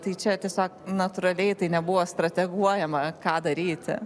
tai čia tiesiog natūraliai tai nebuvo strateguojama ką daryti